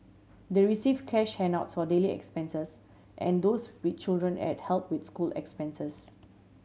they receive cash handouts for daily expenses and those with children had help with school expenses